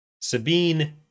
sabine